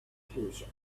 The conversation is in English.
conclusion